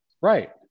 Right